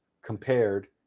compared